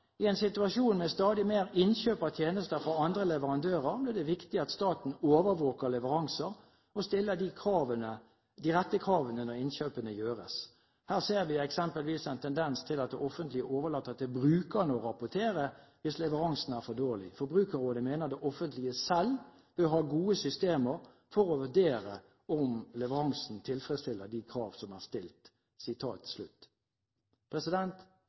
«I en situasjon med stadig mer innkjøp av tjenester fra andre leverandører, blir det viktigere at staten overvåker leveransene, og stiller de rette kravene når innkjøpene gjøres. Her ser vi eksempelvis en tendens til at det offentlige overlater til brukerne å rapportere hvis leveransene er for dårlig. Forbrukerrådet mener det offentlige bør selv ha gode systemer for å vurdere om leveransen tilfredsstiller kravene som er stilt.»